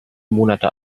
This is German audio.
monate